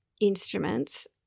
instruments